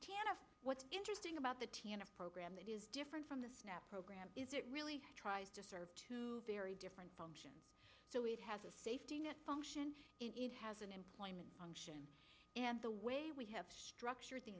what's interesting about the teen a program that is different from the snap program is it really tries to serve two very different functions so it has a safety net function as an employment function and the way we have structured the